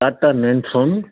Tata Nexon